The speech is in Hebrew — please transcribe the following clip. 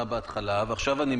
הסלולריים ולעשות בזה